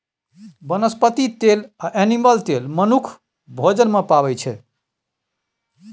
बनस्पति तेल आ एनिमल तेल मनुख भोजन मे पाबै छै